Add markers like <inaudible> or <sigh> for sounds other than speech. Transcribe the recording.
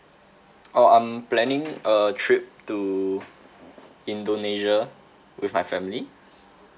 <noise> oh I'm planning a trip to indonesia with my family